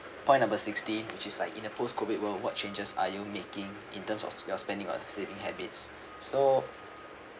point number sixty which is like in a post COVID world what changes are you making in terms of your spending or savings habits so